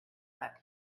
slept